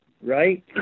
right